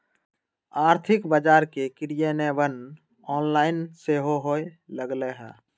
आर्थिक बजार के क्रियान्वयन ऑनलाइन सेहो होय लगलइ ह